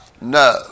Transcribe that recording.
No